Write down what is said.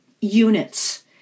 units